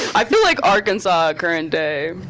i feel like arkansas current day,